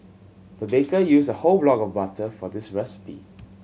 the baker used a whole block of butter for this recipe